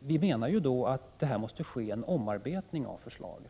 vi menar att det måste ske en omarbetning av förslagen.